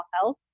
health